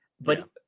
But-